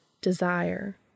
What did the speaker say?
desire